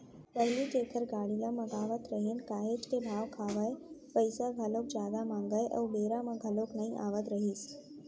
पहिली जेखर गाड़ी ल मगावत रहेन काहेच के भाव खावय, पइसा घलोक जादा मांगय अउ बेरा म घलोक नइ आवत रहिस